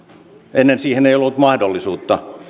ennen siihen ei ollut mahdollisuutta